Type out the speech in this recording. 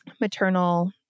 maternal